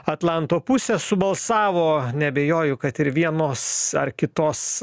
atlanto pusės subalsavo neabejoju kad ir vienos ar kitos